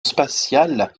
spatiale